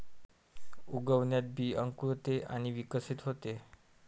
उगवणात बी अंकुरते आणि विकसित होते